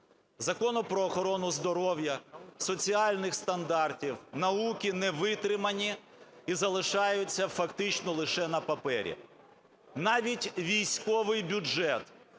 Закону про охорону здоров'я, соціальних стандартів, науки не витримані і залишаються, фактично, лише на папері. Навіть військовий бюджет,